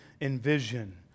envision